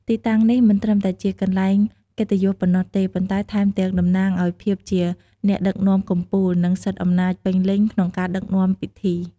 ទីតាំងនេះមិនត្រឹមតែជាកន្លែងកិត្តិយសប៉ុណ្ណោះទេ ប៉ុន្តែថែមទាំងតំណាងឲ្យភាពជាអ្នកដឹកនាំកំពូល និងសិទ្ធិអំណាចពេញលេញក្នុងការដឹកនាំពិធី។